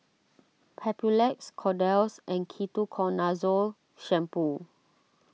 Papulex Kordel's and Ketoconazole Shampoo